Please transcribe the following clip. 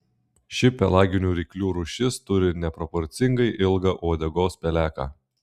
ši pelaginių ryklių rūšis turi neproporcingai ilgą uodegos peleką